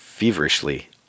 feverishly